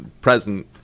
present